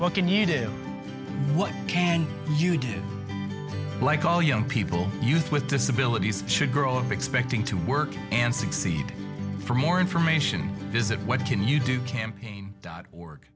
what can you do what can you do like all young people youth with disabilities should grow of expecting to work and succeed for more information visit what can you do campaign dot org